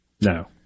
No